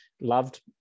loved